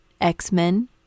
X-Men